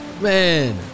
Man